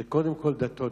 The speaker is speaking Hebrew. זה קודם כול דתות.